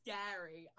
Scary